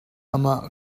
amah